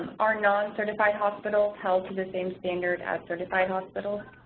are non-certified hospitals held to the same standard as certified hospitals?